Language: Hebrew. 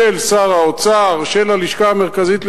של שר האוצר, של הלשכה המרכזית לסטטיסטיקה.